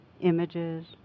images